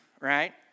right